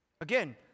Again